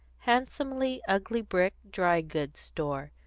handsomely ugly brick dry-goods store,